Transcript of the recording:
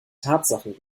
tatsachen